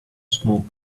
smoke